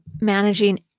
managing